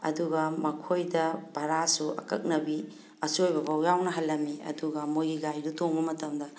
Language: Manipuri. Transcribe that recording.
ꯑꯗꯨꯒ ꯃꯈꯣꯏꯗ ꯕꯔꯥꯁꯨ ꯑꯀꯛꯅꯕꯤ ꯑꯆꯣꯏꯕ ꯐꯥꯎ ꯌꯥꯎꯅ ꯍꯜꯂꯝꯃꯤ ꯑꯗꯨꯒ ꯃꯣꯏꯒꯤ ꯒꯥꯔꯤꯗꯨ ꯇꯣꯡꯕ ꯃꯇꯝꯗ